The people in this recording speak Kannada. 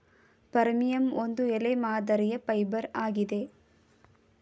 ಫರ್ಮಿಯಂ ಒಂದು ಎಲೆ ಮಾದರಿಯ ಫೈಬರ್ ಆಗಿದೆ